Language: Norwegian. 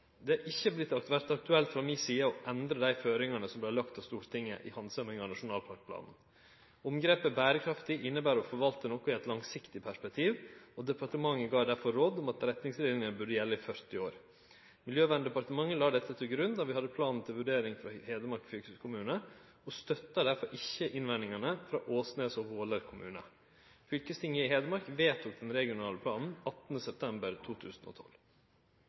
Det har ikkje vore aktuelt frå mi side å endre dei føringane som vart lagde av Stortinget i handsaminga av nasjonalparkplanen. Omgrepet «berekraftig» inneber å forvalte noko i eit langsiktig perspektiv, og departementet gav difor råd om at retningslinene burde gjelde i 40 år. Miljøverndepartementet la dette til grunn då vi hadde planen til vurdering frå Hedmark fylkeskommune, og støtta difor ikkje innvendingane frå Åsnes og Våler kommunar. Fylkestinget i Hedmark vedtok den regionale planen 18. september 2012.